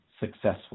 successful